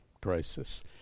crisis